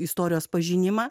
istorijos pažinimą